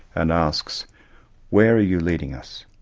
and asks where are you leading us?